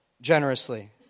generously